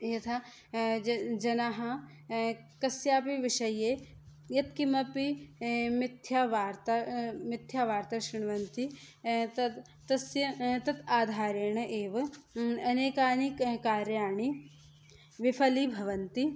यथा जनाः कस्यापि विषये यत् किमपि मिथ्यां वार्तां मिथ्यां वार्तां शृण्वन्ति तद् तस्य तत् आधारेण एव अनेकानि कार्याणि विफलीभवन्ति